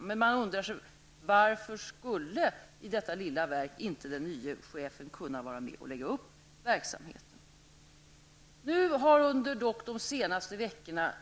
Men varför skulle i detta lilla verk inte den nya chefen kunna vara med och lägga upp verksamheten? Under de senaste veckorna,